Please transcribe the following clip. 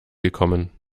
gekommen